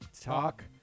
talk